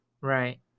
Right